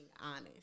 honest